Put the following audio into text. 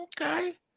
Okay